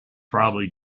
probably